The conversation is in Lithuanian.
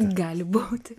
gali būti